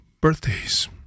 birthdays